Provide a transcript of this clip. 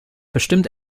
bestimmt